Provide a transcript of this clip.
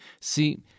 See